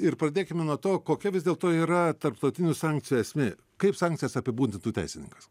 ir pradėkime nuo to kokia vis dėlto yra tarptautinių sankcijų esmė kaip sankcijas apibūnditų teisininkas